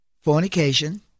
Fornication